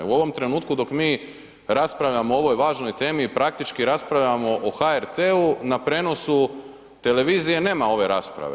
U ovom trenutku dok mi raspravljamo o ovoj važnoj temi praktički raspravljamo o HRT na prenosu televizije nema ove rasprave.